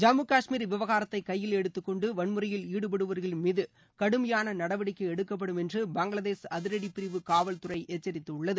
ஜம்மு காஷ்மீர் விவகாரத்தை கையில் எடுத்துக்கொண்டு வன்முறையில் ஈடுபடுபவர்களின் மீது கடுமையான நடவடிக்கை எடுக்கப்படும் என்று பங்களாதேஷ் அதிரடி பிரிவு காவல்துறை எச்சரித்துள்ளது